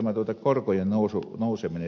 sitten korkojen nouseminen